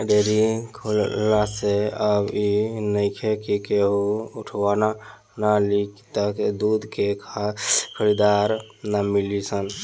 dairy खुलला से अब इ नइखे कि केहू उठवाना ना लि त दूध के खरीदार ना मिली हन